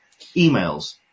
emails